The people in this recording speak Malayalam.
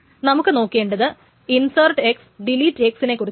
നമുക്ക് നോക്കേണ്ടത് ഇൻസേർട്ട് insert ഡെലീറ്റ് delete നെക്കുറിച്ചാണ്